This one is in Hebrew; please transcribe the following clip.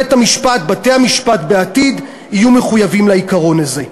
שבתי-המשפט בעתיד יהיו מחויבים לעיקרון הזה.